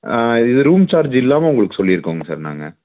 இது room charge இல்லாமல் உங்களுக்கு சொல்லிருகோங்க சார் நாங்கள்